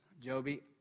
Joby